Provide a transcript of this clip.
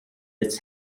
its